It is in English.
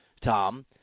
Tom